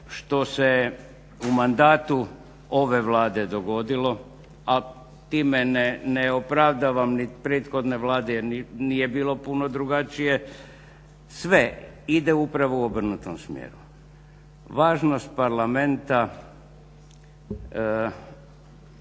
što se je u mandatu ove Vlade dogodilo, a time ne opravdavam niti prethodne vlade jer nije bilo puno drugačije, sve ide upravo u obrnutom smjeru. Važnost parlamenta